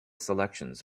selections